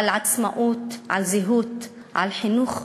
על עצמאות, על זהות, על חינוך.